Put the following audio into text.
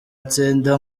atsinda